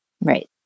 Right